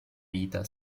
vita